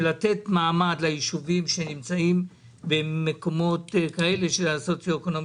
לתת מעמד ליישובים בעלי סוציו-אקונומי